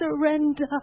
surrender